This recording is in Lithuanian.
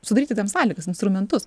sudaryti tam sąlygas instrumentus